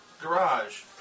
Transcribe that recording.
garage